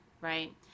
right